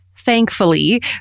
Thankfully